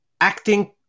acting